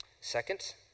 Second